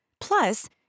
Plus